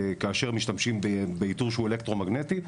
כאשר משתמשים באיתור שהוא אלקטרו-מגנטי.